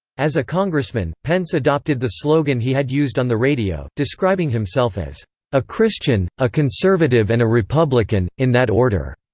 as a congressman, pence adopted the slogan he had used on the radio, describing himself as a christian, christian, a conservative and a republican, in that order.